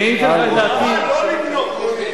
הוראה לא לבנות.